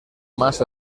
más